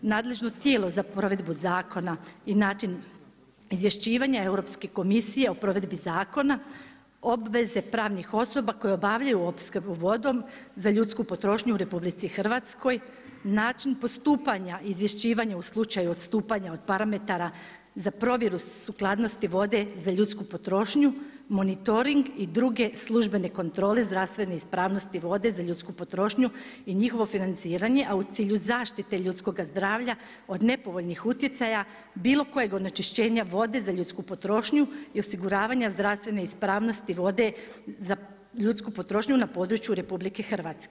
Nadležno tijelo za provedbu zakona i način izvješćivanja Europske komisije o provedbi zakona obveze pravnih osoba koje obavljaju opskrbu vodom za ljudsku potrošnju u RH, način postupanja izvješćivanja u slučaju odstupanja o parametara za provjeru sukladnosti vode za ljudsku potrošnju, monitoring i druge službene kontrole zdravstvene ispravnosti vode za ljudsku potrošnju i njihovo financiranje, a u cilju zaštite ljudskoga zdravlja od nepovoljnih utjecaja bilo kojeg onečišćenja vode za ljudsku potrošnju i osiguravanje zdravstvene ispravnosti vode za ljudsku potrošnju na području RH.